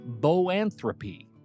Boanthropy